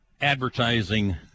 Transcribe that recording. advertising